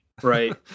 Right